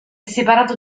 separato